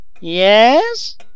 Yes